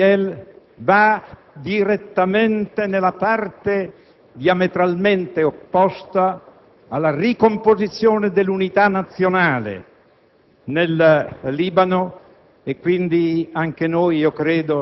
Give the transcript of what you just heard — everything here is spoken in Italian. Purtroppo, l'assassinio del generale Gemayel va in direzione diametralmente opposta alla ricomposizione dell'unità nazionale